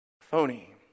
Phony